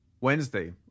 Wednesday